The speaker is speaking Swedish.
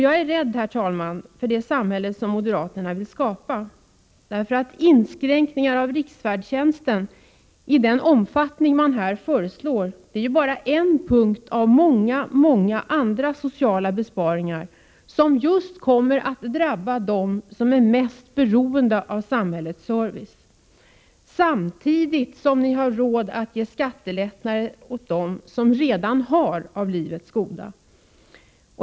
Jag är rädd, herr talman, för det samhälle som moderaterna vill skapa. Inskränkningar av riksfärdtjänsten i den omfattning man här föreslår är bara en punkt bland många många besparingar på det sociala området som just kommer att drabba dem som är mest beroende av samhällets service. Samtidigt har ni råd att ge skattelättnader åt dem som redan har av livets goda!